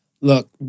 Look